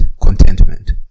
contentment